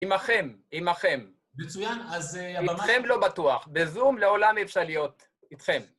עמכם, עמכם. מצוין, אז הבמה... איתכם לא בטוח, בזום לעולם אי אפשר להיות איתכם.